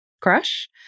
crush